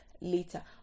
later